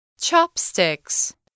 Chopsticks